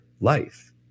life